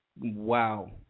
wow